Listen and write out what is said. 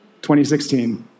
2016